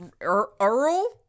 Earl